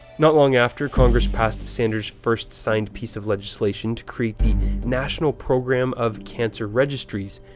not long after congress passed sanders' first signed piece of legislation to create the national program of cancer registries,